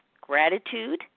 gratitude